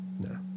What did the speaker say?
No